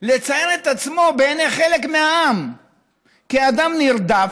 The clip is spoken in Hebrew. לצייר את עצמו בעיני חלק מהעם כאדם נרדף,